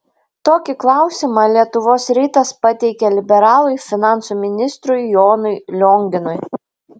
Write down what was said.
tokį klausimą lietuvos rytas pateikė liberalui finansų ministrui jonui lionginui